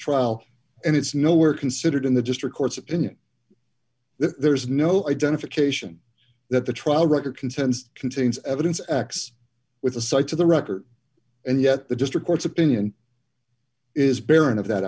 trial and it's nowhere considered in the district court's opinion there's no identification that the trial record contends contains evidence x with a side to the record and yet the district court's opinion is barren of that